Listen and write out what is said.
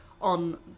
on